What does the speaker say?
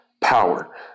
power